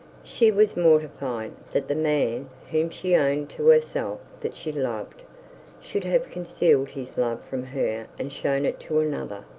she was mortified that the man whom she owned to herself that she loved should have concealed his love from her and shown it to another.